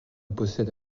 possède